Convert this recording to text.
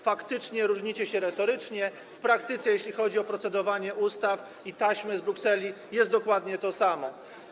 Faktycznie, różnicie się retorycznie, ale w praktyce, jeśli chodzi o procedowanie ustaw i taśmy z Brukseli, jest dokładnie to samo.